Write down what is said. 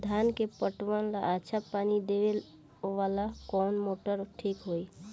धान के पटवन ला अच्छा पानी देवे वाला कवन मोटर ठीक होई?